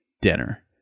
dinner